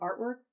artwork